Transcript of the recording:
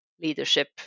leadership